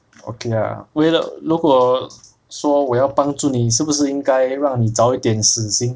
okay lah 为了如果说我要帮助你是不是应该让你早一点死心